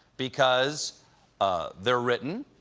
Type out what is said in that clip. because ah, they're written,